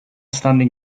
standing